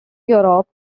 europe